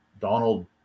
Donald